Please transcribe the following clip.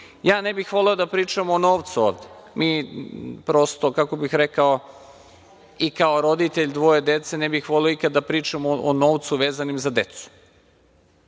bih voleo da pričamo o novcu ovde. Mi prosto, kako bih rekao, i kao roditelj dvoje dece ne bih voleo ikad da pričamo o novcu vezanim za decu,